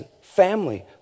family